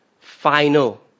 final